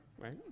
Right